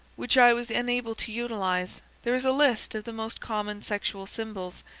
which i was unable to utilize, there is a list of the most common sexual symbols,